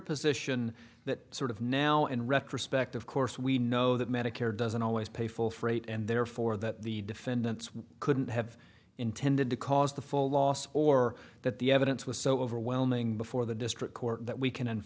position that sort of now in retrospect of course we know that medicare doesn't always pay full freight and therefore that the defendants couldn't have intended to cause the full loss or that the evidence was so overwhelming before the district court that we can